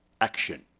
action